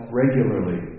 regularly